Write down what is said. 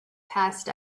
passed